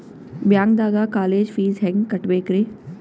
ಬ್ಯಾಂಕ್ದಾಗ college fees ಹೆಂಗ್ ಕಟ್ಟ್ಬೇಕ್ರಿ?